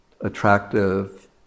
attractive